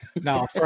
No